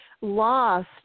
lost